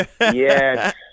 Yes